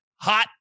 hot